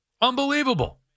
Unbelievable